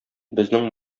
безнең